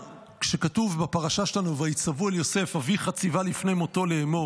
כשכתוב בפרשה שלנו: "ויצוו אל יוסף אביך צוה לפני מותו לאמר"